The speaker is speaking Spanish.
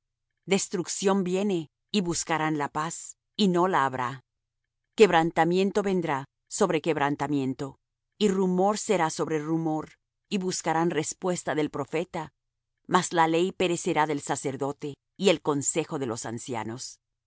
destrucción viene y buscarán la paz y no la habrá quebrantamiento vendrá sobre quebrantamiento y rumor será sobre rumor y buscarán respuesta del profeta mas la ley perecerá del sacerdote y el consejo de los ancianos el